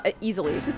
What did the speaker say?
easily